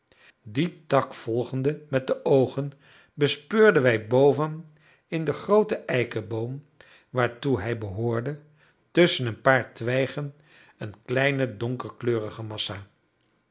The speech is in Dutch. dien tak volgende met de oogen bespeurden wij boven in den grooten eikeboom waartoe hij behoorde tusschen een paar twijgen eene kleine donkerkleurige massa